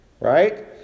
Right